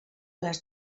les